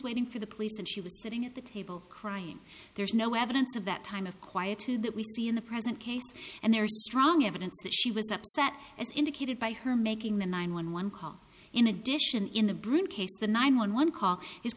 waiting for the police and she was sitting at the table crying there is no evidence of that time of quietude that we see in the present case and there is strong evidence that she was upset as indicated by her making the nine one one call in addition in the brain case the nine one one call i